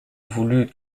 voulut